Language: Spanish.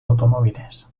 automóviles